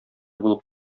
булып